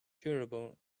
durable